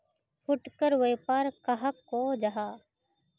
फुटकर व्यापार कहाक को जाहा?